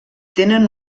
tenen